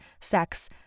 sex